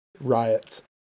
Riots